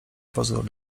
pozór